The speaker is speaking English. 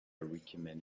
recommend